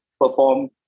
perform